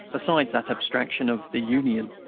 besides that abstraction of the union.